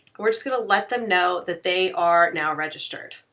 we're just gonna let them know that they are now registered.